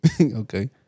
Okay